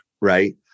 right